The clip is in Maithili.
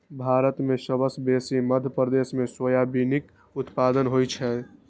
भारत मे सबसँ बेसी मध्य प्रदेश मे सोयाबीनक उत्पादन होइ छै